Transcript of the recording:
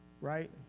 Right